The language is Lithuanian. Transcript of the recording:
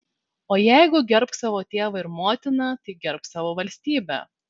o jeigu gerbk savo tėvą ir motiną tai gerbk savo valstybę